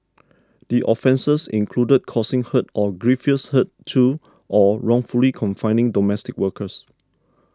the offences included causing hurt or grievous hurt to or wrongfully confining domestic workers